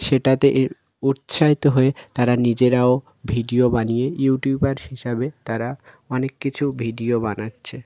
সেটাতে এ উৎসাহিত হয়ে তারা নিজেরাও ভিডিও বানিয়ে ইউটিউবার হিসাবে তারা অনেক কিছু ভিডিও বানাচ্ছে